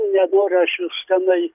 nenoriu aš jus tenai